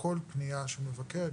וכל פנייה של מבקר,